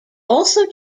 also